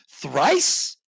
Thrice